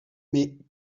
mais